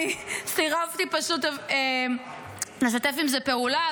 אני סירבתי פשוט לשתף עם זה פעולה,